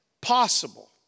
possible